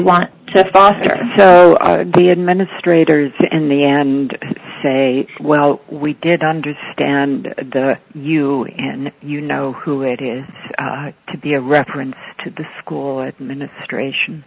want to foster so the administrators and the and say well we did understand you and you know who it is to be a reference to the school administration